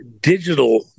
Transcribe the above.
digital